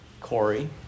Corey